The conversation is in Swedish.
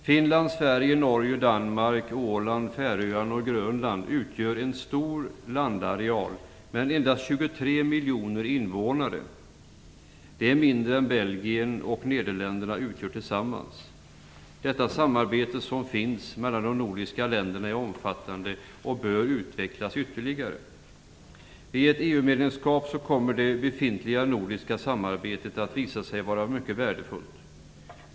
Finland, Sverige, Norge, Danmark, Åland, Färöarna och Grönland utgör en stor landareal men har endast 23 miljoner invånare - det är mindre än befolkningen i Belgien och Det samarbete som finns mellan de nordiska länderna är omfattande och bör utvecklas ytterligare. Vid ett EU-medlemskap kommer det befintliga nordiska samarbetet visa sig vara mycket värdefullt.